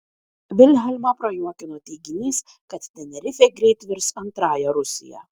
vilhelmą prajuokino teiginys kad tenerifė greit virs antrąja rusija